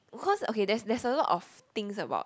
because okay there's there's a lot of things about